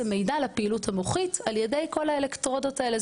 בעצם נותן לי מידע על הפעילות המוחית על-ידי כל האלקטרודות האלה.